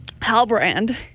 Halbrand